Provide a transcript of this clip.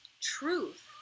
Truth